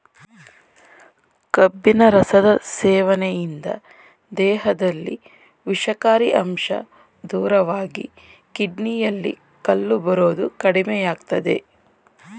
ಕಬ್ಬಿನ ರಸದ ಸೇವನೆಯಿಂದ ದೇಹದಲ್ಲಿ ವಿಷಕಾರಿ ಅಂಶ ದೂರವಾಗಿ ಕಿಡ್ನಿಯಲ್ಲಿ ಕಲ್ಲು ಬರೋದು ಕಡಿಮೆಯಾಗ್ತದೆ